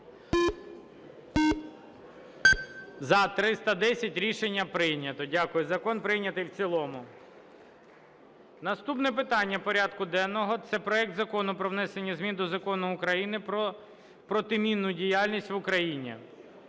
За-310 Рішення прийнято. Дякую. Закон прийнятий в цілому. Наступне питання порядку денного – це проект Закону про внесення змін до Закону України "Про протимінну діяльність в Україні".